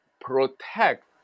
protect